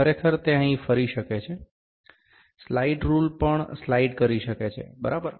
ખરેખર તે અહીં ફરી શકે છે સ્લાઇડ રુલ પણ સ્લાઇડ કરી શકે છે બરાબર